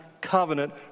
covenant